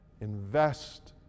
invest